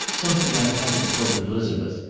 something i haven't told elizabeth,